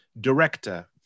director